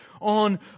on